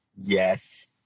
Yes